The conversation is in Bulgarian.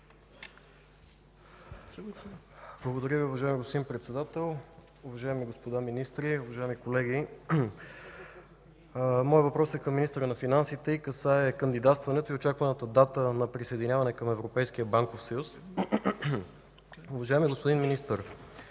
Благодаря Ви, уважаеми господин Председател. Уважаеми господа министри, уважаеми колеги! Моят въпрос е към министъра на финансите и касае кандидатстването и очакваната дата на присъединяване към Европейския банков съюз. Уважаеми господин Министър,